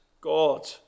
God